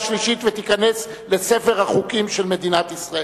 שלישית ותיכנס לספר החוקים של מדינת ישראל.